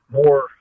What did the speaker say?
more